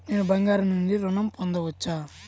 నేను బంగారం నుండి ఋణం పొందవచ్చా?